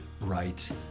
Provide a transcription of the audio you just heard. Right